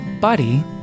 buddy